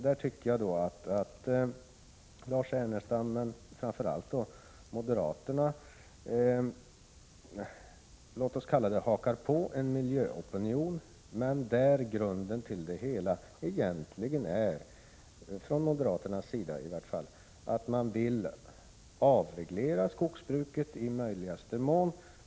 Jag tycker att Lars Ernestam och framför allt moderaterna ”hakar på” en miljöopinion. Men grunden till det hela är egentligen — från moderaternas sida i varje fall — att man vill avreglera skogsbruket i möjligaste mån.